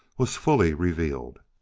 was fully revealed.